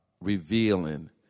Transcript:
revealing